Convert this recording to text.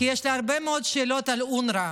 כי יש לי הרבה מאוד שאלות על אונר"א.